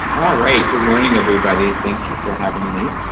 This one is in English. alright. good morning, everybody. thank you for having me.